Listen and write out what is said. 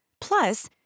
Plus